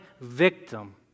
victim